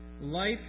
Life